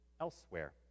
elsewhere